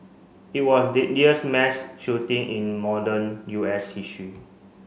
it was deadliest mass shooting in modern U S history